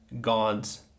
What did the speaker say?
God's